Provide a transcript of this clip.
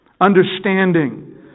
understanding